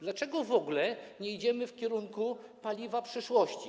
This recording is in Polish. Dlaczego w ogóle nie idziemy w kierunku paliwa przyszłości?